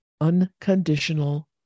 Unconditional